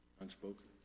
unspoken